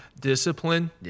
Discipline